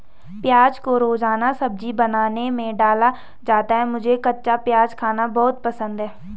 प्याज को रोजाना सब्जी बनाने में डाला जाता है मुझे कच्चा प्याज खाना बहुत पसंद है